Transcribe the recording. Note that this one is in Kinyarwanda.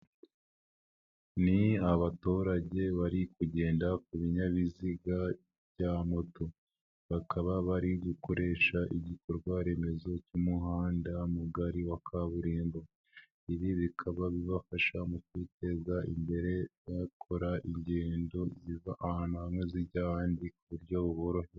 Ni abaturage bari kugenda ku binyabiziga bya moto bakaba bari gukoresha igikorwaremezo cy'umuhanda mugari wa kaburimbo, ibi bikaba bibafasha mu kwiteza imbere bakora ingendo ziva ahantu hamwe zijya ahandi ku buryo buboroheye.